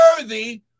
worthy